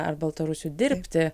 ar baltarusių dirbti